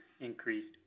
increased